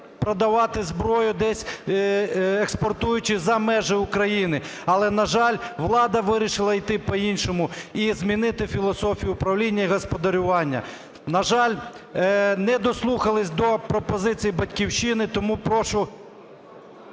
продавати зброю, десь експортуючи за межі України. Але, на жаль, влада вирішила іти по-іншому і змінити філософію управління і господарювання. На жаль, не дослухалися до пропозицій "Батьківщини", тому прошу...